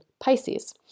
Pisces